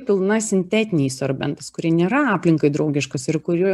pilna sintetiniais sorbentsais kurie nėra aplinkai draugiškos ir kuriuo